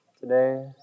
today